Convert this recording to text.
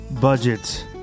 budget